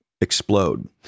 explode